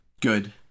good